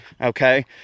okay